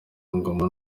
ngoma